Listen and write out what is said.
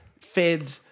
fed